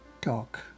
talk